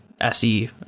SE